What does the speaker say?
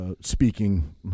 speaking